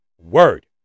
word